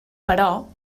però